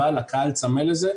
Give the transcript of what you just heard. אבל הקהל צמא לזה,